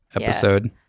episode